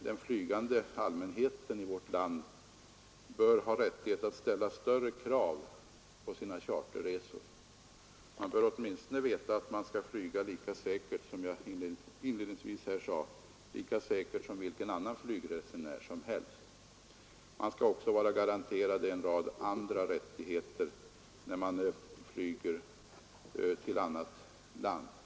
Den flygande allmänheten i vårt land bör ha rättighet att ställa större krav på charterresor. Man bör åtminstone, som jag inledningsvis sade, veta att man kan flyga lika säkert som vilken annan flygresenär som helst, och man skall vara garanterad en rad andra rättigheter också när man flyger till något annat land.